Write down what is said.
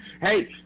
Hey